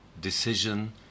decision